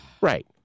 Right